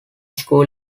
school